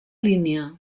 línia